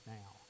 now